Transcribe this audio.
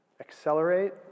accelerate